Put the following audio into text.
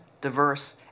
diverse